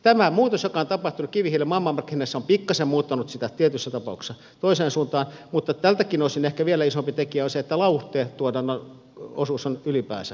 tämä muutos joka on tapahtunut kivihiilen maailmanmarkkinahinnassa on pikkasen muuttanut sitä tietyissä tapauksissa toiseen suuntaan mutta tältäkin osin ehkä vielä isompi tekijä on se että lauhdetuotannon osuus on ylipäänsä noussut